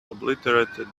obliterated